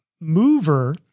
mover